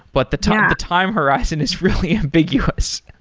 but the time time horizon is really ambiguous.